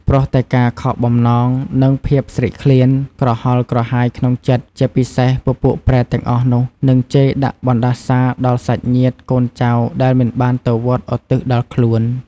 ព្រោះតែការខកបំណង និងភាពស្រែកឃ្លាន ក្រហល់ក្រហាយក្នុងចិត្ត។ ជាពិសេសពពួកប្រេតទាំងអស់នោះ នឹងជេរដាក់បណ្ដាសាដល់សាច់ញាតិ កូនចៅដែលមិនបានទៅវត្តឧទ្ទិសដល់ខ្លួន។